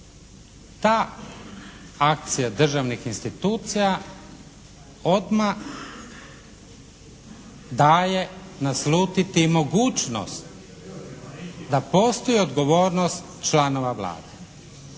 Ta akcija državnih institucija odmah daje naslutiti mogućnost da postoji odgovornost članova Vlade.